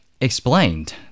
Explained